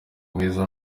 mwiza